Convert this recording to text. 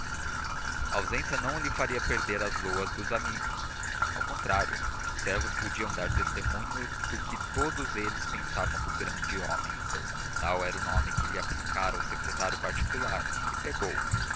a ausência não lhe faria perder as loas dos amigos ao contrário os servos podiam dar testemunho do que todos eles pensavam do grande homem tal era o nome que lhe aplicara o secretário particular e pegou